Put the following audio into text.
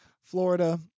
Florida